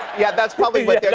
yeah, that's probably what they're